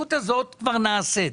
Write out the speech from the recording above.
המציאות הזאת כבר נעשית.